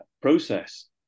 process